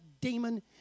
demon